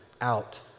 out